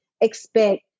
expect